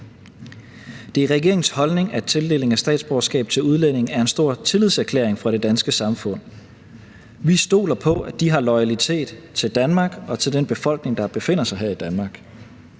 Det er regeringens holdning, at tildeling af statsborgerskab til udlændinge er en stor tillidserklæring fra det danske samfund. Vi stoler på, at de føler loyalitet over for Danmark og over for den befolkning, der befinder sig her i Danmark.